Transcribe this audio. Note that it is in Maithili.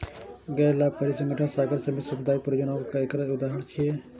गैर लाभकारी संगठन, सहकारी समिति, सामुदायिक परियोजना एकर उदाहरण छियै